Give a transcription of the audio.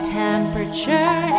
temperature